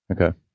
Okay